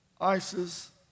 ISIS